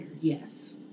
yes